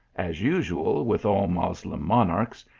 as usual with all moslem monarchs,